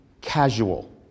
casual